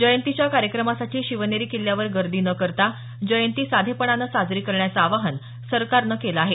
जयंतीच्या कार्यक्रमासाठी शिवनेरी किल्ल्यावर गर्दी न करता जयंती साधेपणानं साजरी करण्याचं आवाहन सरकारनं केलं आहे